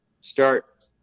start